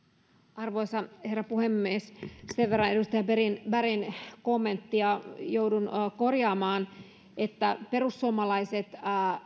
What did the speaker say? arvoisa herra puhemies sen verran edustaja bergin kommenttia joudun korjaamaan että perussuomalaiset